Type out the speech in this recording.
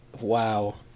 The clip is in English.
wow